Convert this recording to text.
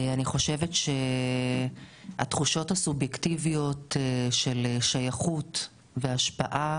אני חושבת שהתחושות הסובייקטיביות של שייכות והשפעה